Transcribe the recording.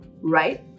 right